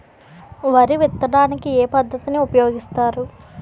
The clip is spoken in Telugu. వరి విత్తడానికి ఏ పద్ధతిని ఉపయోగిస్తారు?